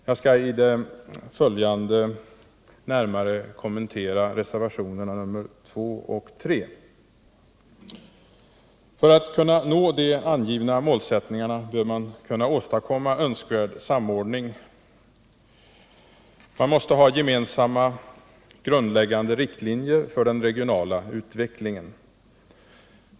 Jag skall i det följande närmare kommentera reservationerna 2, 3 och 4. För att kunna nå de angivna målen bör man åstadkomma önskvärd samordning. Man måste ha gemensamma grundläggande riktlinjer för den regionala utvecklingen.